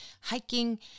hiking